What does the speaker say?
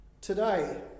Today